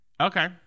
Okay